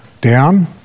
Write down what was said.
down